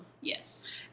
Yes